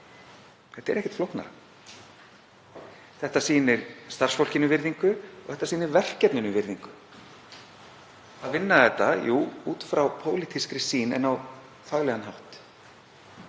Þetta er ekkert flóknara. Þetta sýnir starfsfólkinu virðingu og þetta sýnir verkefninu virðingu að vinna þetta, jú, út frá pólitískri sýn en á faglegan hátt,